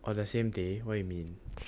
on the same day what you mean